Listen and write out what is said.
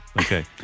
Okay